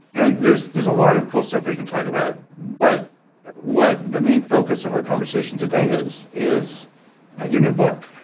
and there's there's a lot of cool stuff we can talk about. but what the main focus of our conversation today is is your new book.